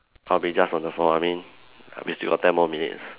I'll be just on the phone I mean we still got ten more minutes